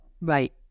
Right